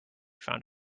found